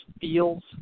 feels